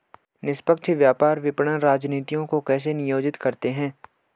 निष्पक्ष व्यापार विपणन रणनीतियों को कैसे नियोजित करते हैं?